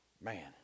Man